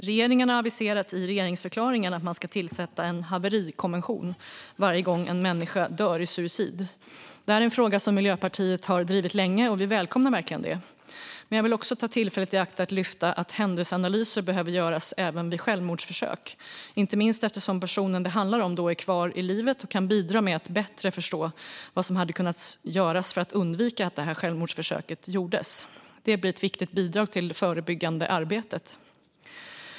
Regeringen har i regeringsförklaringen aviserat att man ska tillsätta en haverikommission varje gång en människa dör i suicid. Detta är en fråga som Miljöpartiet har drivit länge, och vi välkomnar verkligen detta. Men jag vill ta tillfället i akt att lyfta fram att händelseanalyser behöver göras även vid självmordsförsök, inte minst eftersom personen det handlar om då är kvar i livet och kan bistå med bättre förståelse för vad som hade kunnat göras för att undvika att självmordsförsöket gjordes. Det blir ett viktigt bidrag till det förebyggande arbetet.